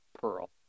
pearl